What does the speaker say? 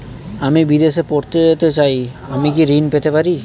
আমি বিদেশে পড়তে যেতে চাই আমি কি ঋণ পেতে পারি?